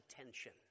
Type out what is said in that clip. attention